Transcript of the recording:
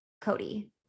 Cody